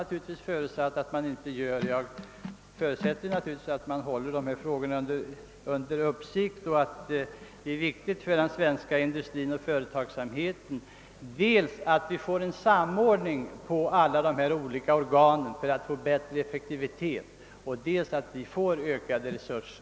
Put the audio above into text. Naturligtvis har jag förutsatt att man inte gör det, utan jag utgår givetvis ifrån att de här frågorna hålls under uppsikt. Det är vik tigt för den svenska industrin och företagsamheten, att vi dels får en samordning av alla dessa organ för att kunna uppnå bättre effektivitet, dels får ökade resurser.